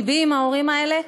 לבי עם ההורים האלה,